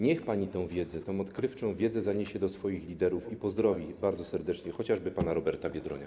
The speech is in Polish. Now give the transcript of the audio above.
Niech pani tę wiedzę, tę odkrywczą wiedzę zaniesie do swoich liderów i pozdrowi bardzo serdecznie chociażby pana Roberta Biedronia.